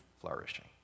flourishing